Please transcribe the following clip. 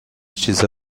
چیزا